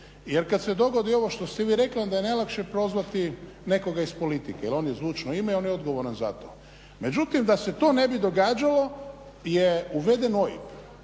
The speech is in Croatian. Jer kad se dogodi ovo što ste vi rekli onda je najlakše prozvati nekoga iz politike, jer on je zvučno ime i on je odgovoran za to. Međutim, da se to ne bi događalo je uveden OIB.